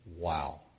Wow